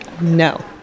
No